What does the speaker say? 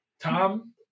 Tom